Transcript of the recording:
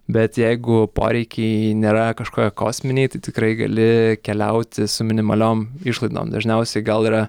bet jeigu poreikiai nėra kažkokie kosminiai tai tikrai gali keliauti su minimaliom išlaidom dažniausiai gal yra